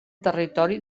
territori